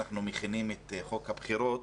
אנחנו מכינים את חוק הבחירות,